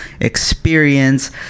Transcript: experience